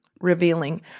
revealing